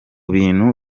bintu